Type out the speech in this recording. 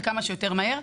כמה שיותר מהר.